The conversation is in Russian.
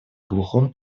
глухом